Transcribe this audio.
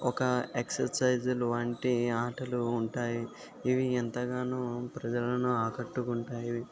ఒక ఎక్సర్సైజులవంటి ఆటలు ఉంటాయి ఇవి ఎంతగానో ప్రజలను ఆకట్టుకుంటాయి